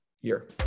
year